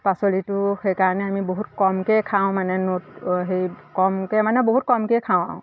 পাচলিটো সেইকাৰণে আমি বহুত কমকৈ খাওঁ মানে হেৰি কমকৈ মানে বহুত কমকৈ খাওঁ আৰু